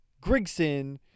Grigson